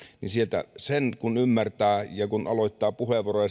ja sen kun ymmärtää ja muistaa kun aloittaa puheenvuoron